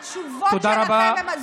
התשובות שלכם הן הזויות.